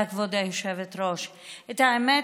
האמת,